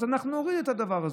אז נוריד את הדבר הזה.